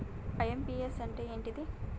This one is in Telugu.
ఐ.ఎమ్.పి.యస్ అంటే ఏంటిది?